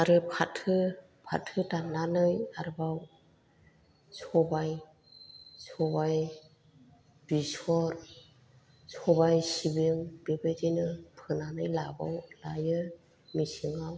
आरो फाथो फाथो दाननानै आरबाव सबाइ सबाइ बिसर सबाइ सिबिं बेबायदिनो फोनानै लायो मेसेंआव